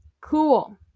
Cool